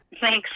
Thanks